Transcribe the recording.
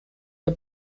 der